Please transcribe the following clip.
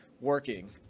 working